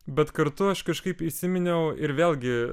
bet kartu aš kažkaip įsiminiau ir vėlgi